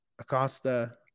Acosta